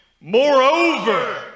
moreover